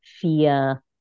fear